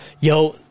Yo